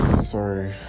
sorry